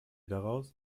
daraus